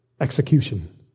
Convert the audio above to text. execution